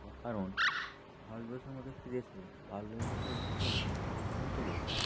বা কারণ ভারতবর্ষের মতো একটি দেশে বাল্যবিবাহের প্রচলন অত্যন্ত বেশি